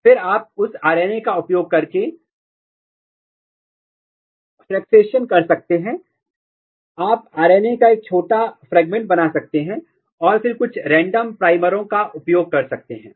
और फिर आप उस आर एन ए का उपयोग करके फ्कक्सेशन पृथक्करण कर सकते हैं आप आर एन ए का एक छोटा फ्रेगमेंट बना सकते हैं और फिर कुछ रेंडम यादृच्छिक प्राइमरों का उपयोग कर सकते हैं